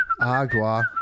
agua